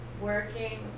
working